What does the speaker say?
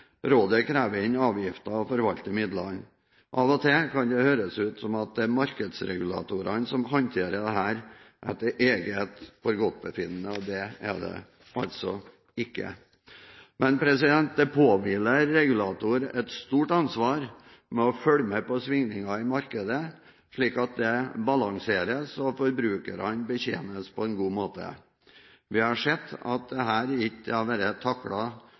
Rådet krever inn avgiften og forvalter midlene. Av og til kan det høres ut som om det er markedsregulatorene som håndterer dette etter eget forgodtbefinnende. Det er det altså ikke. Men det påhviler regulatoren et stort ansvar med å følge med på svingninger i markedet, slik at dette balanseres og forbrukerne betjenes på en god måte. Vi så sist vinter at dette ikke ble taklet godt nok. Det er ikke